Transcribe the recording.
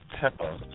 Pepper